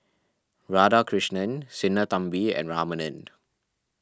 Radhakrishnan Sinnathamby and Ramanand